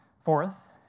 Fourth